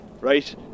right